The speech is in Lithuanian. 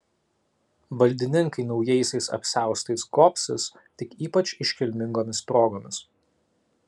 valdininkai naujaisiais apsiaustais gobsis tik ypač iškilmingomis progomis